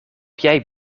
jij